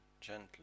gently